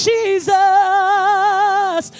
Jesus